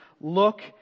Look